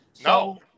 no